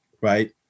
right